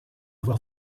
avoir